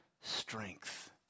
strength